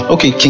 Okay